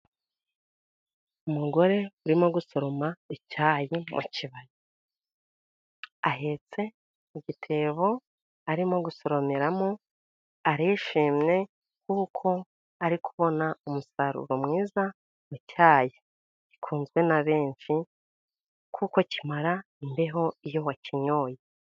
Umugore urimo gusoroma icyayi mu kibaya, ahetse igitebo arimo gusoromeramo, arishimye, kuko ari kubona umusaruro mwiza mu cyayi gikunzwe na benshi, kuko kimara imbeho iyo bakinyoye.